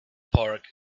park